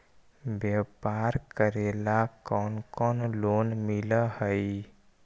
व्यापार करेला कौन कौन लोन मिल हइ?